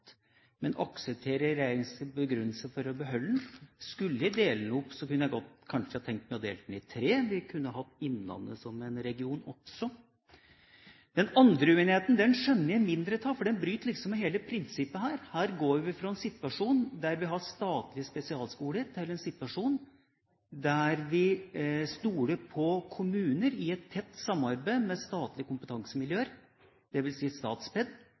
men jeg aksepterer regjeringas begrunnelse for å beholde den. Skulle vi dele den opp, så kunne jeg kanskje tenke meg å dele den i tre – vi kunne også hatt Innlandet som en region. Den andre uenigheten skjønner jeg mindre av, for den bryter liksom med hele prinsippet her. Her går vi fra en situasjon der vi har statlige spesialskoler, til en situasjon der vi stoler på kommuner i et tett samarbeid med statlige kompetansemiljøer,